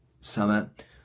summit